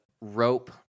rope